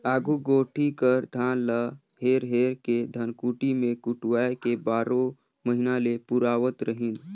आघु कोठी कर धान ल हेर हेर के धनकुट्टी मे कुटवाए के बारो महिना ले पुरावत रहिन